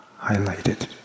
highlighted